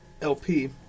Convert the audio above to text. LP